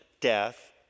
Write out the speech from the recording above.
death